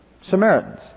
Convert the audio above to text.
Samaritans